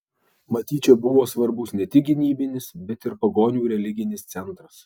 matyt čia buvo svarbus ne tik gynybinis bet ir pagonių religinis centras